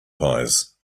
pies